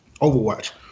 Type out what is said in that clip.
Overwatch